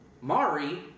Mari